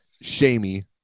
shamey